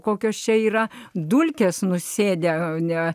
kokios čia yra dulkes nusėdę ne